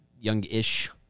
Young-ish